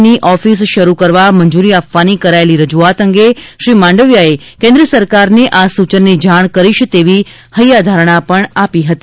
ની ઓફિસ શરૂ કરવા મંજુરી આપવાની કરાયેલી રજુઆત અંગે શ્રી માંડવીયાએ કેન્દ્ર સરકારને આ સૂચનની જાણ કરીશ તેવી હૈયાધારણા આપી હતી